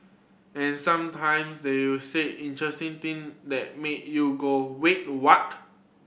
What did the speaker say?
and sometimes they say interesting thing that make you go wait to what